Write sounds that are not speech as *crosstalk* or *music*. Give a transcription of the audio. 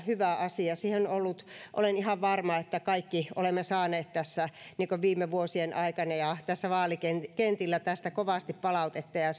hyvä asia olen ihan varma että kaikki olemme saaneet tässä viime vuosien aikana ja ja vaalikentillä tästä kovasti palautetta ja ja *unintelligible*